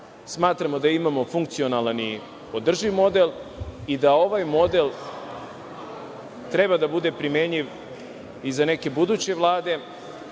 da imamo funkcionalan i održiv model i da ovaj model treba da bude primenjiv i za neke buduće vlade,